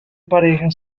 pareja